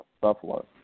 Buffalo